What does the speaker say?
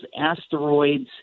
asteroids